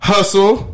Hustle